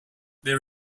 there